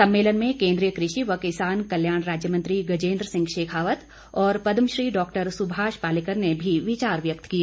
सम्मेलन में केन्द्रीय कृषि व किसान कल्याण राज्य मंत्री गजेन्द्र सिंह शेखावत और पदमश्री डॉक्टर सुभाष पालेकर ने भी विचार व्यक्त किए